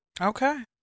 Okay